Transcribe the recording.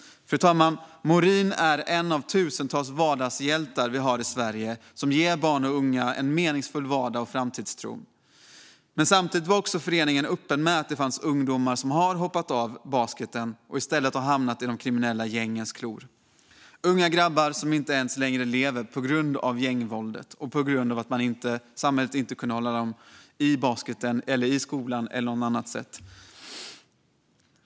Fru talman! Morin är en av de tusentals vardagshjältar i Sverige som ger barn och unga en meningsfull vardag och framtidstro. Samtidigt är föreningen öppen med att det finns ungdomar som hoppat av basketen och i stället hamnat i de kriminella gängens klor. Det är bland annat unga grabbar som inte ens lever längre på grund av gängvåld och på grund av att samhället inte kunde hålla dem kvar i basketen, i skolan eller på något annat sätt.